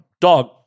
Dog